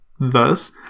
Thus